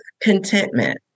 contentment